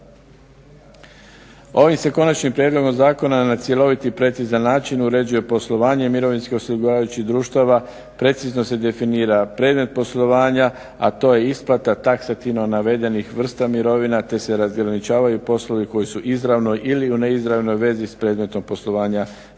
Ovim se konačnim prijedlogom zakona na cjeloviti precizan način uređuje poslovanje i mirovinski osiguravajući društava precizno se definira predmet poslovanja a to je isplata taksativno navedenih vrsta mirovina te se razgraničavaju poslovi koji su izravno ili u neizravnoj vezi s predmetom poslovanja